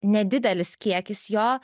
nedidelis kiekis jo